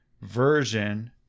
version